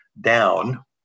down